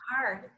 hard